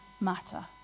matter